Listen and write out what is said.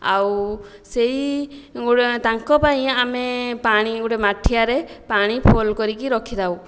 ଆଉ ସେହି ତାଙ୍କ ପାଇଁ ଆମେ ପାଣି ଗୋଟିଏ ମାଠିଆରେ ପାଣି ଫୁଲ୍ କରିକି ରଖିଥାଉ